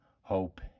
hope